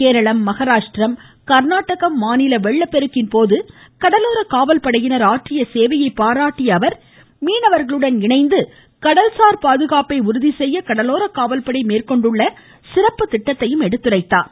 கேரளா மஹாராஷ்டிரம் கர்நாடக மாநில வெள்ளப் பெருக்கின் போது கடலோர காவல்படையினர் ஆற்றிய சேவையை பாராட்டிய அவர் மீனவர்களுடன் இணைந்து கடல்சார் பாதுகாப்பை உறுதிசெய்ய கடலோர காவல்படை மேற்கொண்டுள்ள சிறப்புத் திட்டத்தையும் எடுத்துரைத்தார்